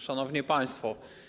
Szanowni Państwo!